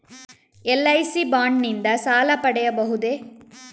LIC bond ನಿಂದ ಸಾಲ ಪಡೆಯಬಹುದೇ?